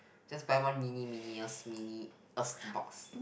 just buy one mini mini or mini box